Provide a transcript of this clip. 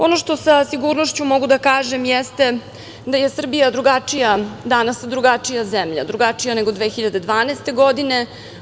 Ono što sa sigurnošću mogu da kažem jeste da je Srbija drugačija zemlja, drugačija nego 2012. godina.